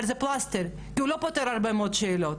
אבל זה פלסטר כי הוא לא פותר הרבה מאוד שאלות.